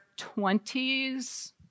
20s